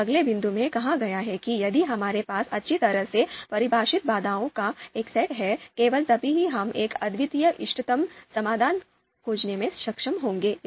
अब अगले बिंदु में कहा गया है कि यदि हमारे पास अच्छी तरह से परिभाषित बाधाओं का एक सेट है केवल तभी हम एक अद्वितीय इष्टतम समाधान खोजने में सक्षम होंगे